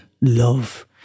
love